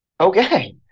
okay